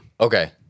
Okay